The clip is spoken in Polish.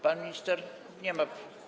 Pan minister nie ma.